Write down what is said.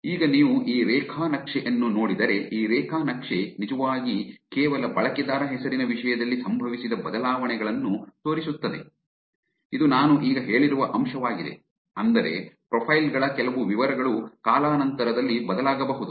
ಈಗ ನೀವು ಈ ರೇಖಾ ನಕ್ಷೆ ಅನ್ನು ನೋಡಿದರೆ ಈ ರೇಖಾ ನಕ್ಷೆ ನಿಜವಾಗಿ ಕೇವಲ ಬಳಕೆದಾರ ಹೆಸರಿನ ವಿಷಯದಲ್ಲಿ ಸಂಭವಿಸಿದ ಬದಲಾವಣೆಗಳನ್ನು ತೋರಿಸುತ್ತದೆ ಇದು ನಾನು ಈಗ ಹೇಳಿರುವ ಅಂಶವಾಗಿದೆ ಅಂದರೆ ಪ್ರೊಫೈಲ್ ಗಳ ಕೆಲವು ವಿವರಗಳು ಕಾಲಾನಂತರದಲ್ಲಿ ಬದಲಾಗಬಹುದು